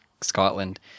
Scotland